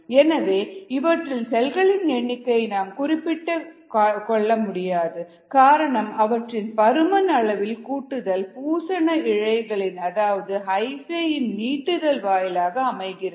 எனவே இவற்றில் செல்களின் எண்ணிக்கையை நாம் குறிப்பிட கொள்ள முடியாது காரணம் அவற்றின் பருமன் அளவில் கூட்டுதல் பூசண இழைகள் அதாவது ஹைபே இன் நீட்டுதல் வாயிலாக அமைகிறது